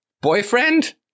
boyfriend